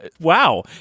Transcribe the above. Wow